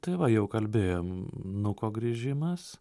tai va jau kalbėjom nuko grįžimas